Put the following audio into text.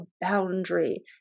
boundary